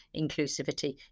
inclusivity